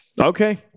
Okay